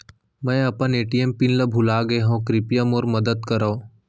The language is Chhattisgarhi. मै अपन ए.टी.एम पिन ला भूलागे हव, कृपया मोर मदद करव